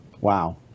Wow